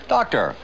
Doctor